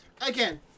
Again